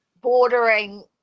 bordering